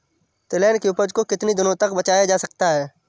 तिलहन की उपज को कितनी दिनों तक बचाया जा सकता है?